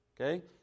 Okay